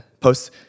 post